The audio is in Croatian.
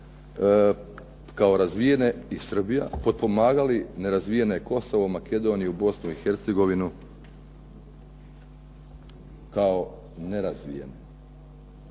Slovenija i Srbija potpomagali nerazvijene Kosovo, Makedoniju, Bosnu i Hercegovinu kao nerazvijene.